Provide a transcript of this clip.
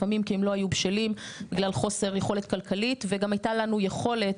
לפעמים כי הם לא היו בשלים בגלל חוסר יכולת כלכלית וגם הייתה לנו יכולת,